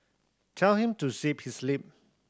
tell him to zip his lip